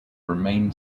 remained